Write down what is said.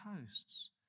hosts